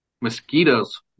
Mosquitoes